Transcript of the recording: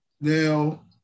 Now